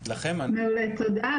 תודה.